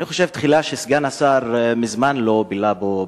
אני חושב תחילה שסגן השר מזמן לא בילה פה בכנסת.